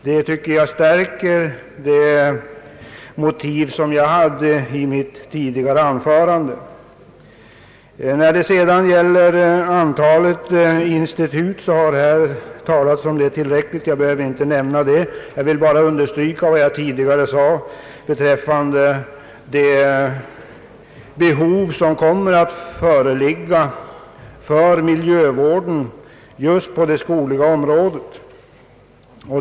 Det stärker de motiv som jag hade i mitt tidigare anförande. Det har här talats tillräckligt om antalet institut. Jag vill bara understryka vad jag tidigare sade beträffande det behov som kan föreligga för miljövården just på det skogliga området.